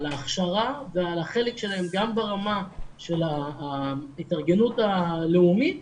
על ההכשרה ועל החלק שלהם גם ברמה של ההתארגנות הלאומית